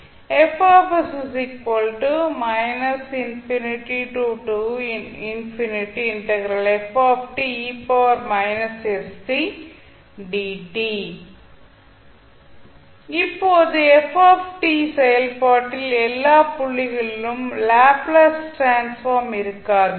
இப்போது f செயல்பாட்டில் எல்லா புள்ளிகளிலும் லாப்ளேஸ் டிரான்ஸ்ஃபார்ம் இருக்காது